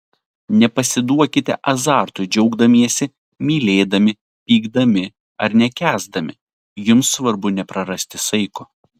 nepasiduokite azartui džiaugdamiesi mylėdami pykdami ar nekęsdami jums svarbu neprarasti saiko